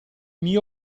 mio